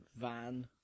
Van